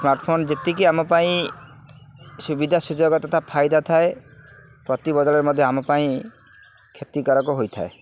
smartphone ଯେତିକି ଆମ ପାଇଁ ସୁବିଧା ସୁଯୋଗ ତଥା ଫାଇଦା ଥାଏ ପ୍ରତି ବଦଳରେ ମଧ୍ୟ ଆମ ପାଇଁ କ୍ଷତିକାରକ ହୋଇଥାଏ